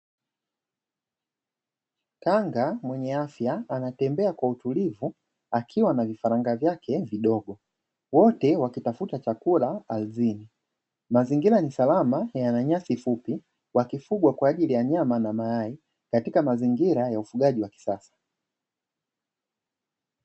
Kanga mwenye afya anatembea kwa utulivu akiwa na vifaranga vyake vidogo, wote wakitafuta chakula ardhini, mazingira ni salama na yana nyasi fupi wakifugwa kwa ajili ya nyama na mayai katika mazingira ya ufugaji wa kisasa.